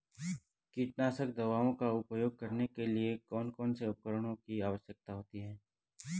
कीटनाशक दवाओं का उपयोग करने के लिए कौन कौन से उपकरणों की आवश्यकता होती है?